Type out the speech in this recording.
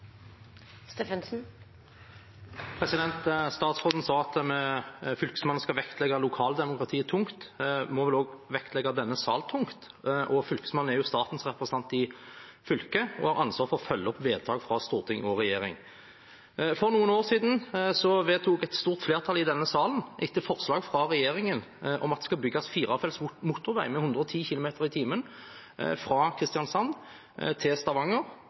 Statsråden sa at Fylkesmannen skal vektlegge lokaldemokratiet tungt, men må vel også vektlegge denne salen tungt. Fylkesmannen er jo statens representant i fylket og har ansvar for å følge opp vedtak fra storting og regjering. For noen år siden vedtok et stort flertall i denne salen, etter forslag fra regjeringen, at det skulle bygges firefelts motorvei med 110 km/t fra Kristiansand til Stavanger